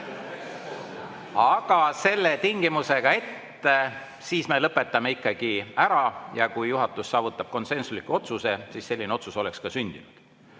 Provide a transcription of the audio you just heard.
Aga selle tingimusega, et siis me lõpetame ikkagi ära, ja kui juhatus saavutab konsensusliku otsuse, siis selline otsus oleks ka sündinud.